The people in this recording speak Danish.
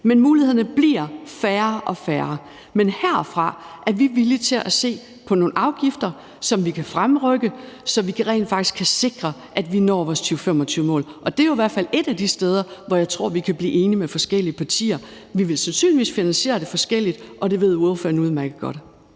Men mulighederne bliver færre og færre, men herfra er vi villige til at se på nogle afgifter, som vi kan fremrykke, så vi rent faktisk kan sikre, at vi når vores 2025-mål. Det er jo i hvert fald et af de steder, hvor jeg tror vi kan blive enige med forskellige partier. Vi vil sandsynligvis finansiere det forskelligt, og det ved ordføreren udmærket godt.